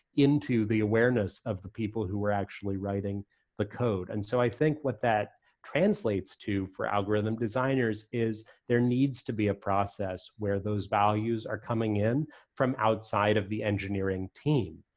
into the awareness of the people who were actually writing the code. and so i think what that translates to for algorithm designers is there needs to be a process where those values are coming in from outside of the engineering team.